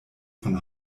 von